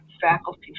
faculty